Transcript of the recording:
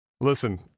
listen